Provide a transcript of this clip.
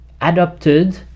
adopted